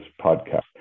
podcast